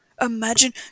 Imagine